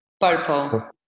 Purple